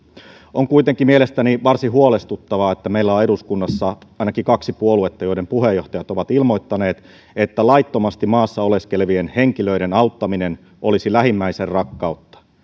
on kuitenkin mielestäni varsin huolestuttavaa että meillä on eduskunnassa ainakin kaksi puoluetta joiden puheenjohtajat ovat ilmoittaneet että laittomasti maassa oleskelevien henkilöiden auttaminen olisi lähimmäisenrakkautta